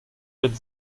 benn